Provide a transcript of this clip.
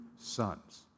sons